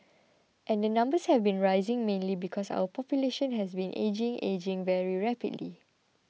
and the numbers have been rising mainly because our population has been ageing ageing very rapidly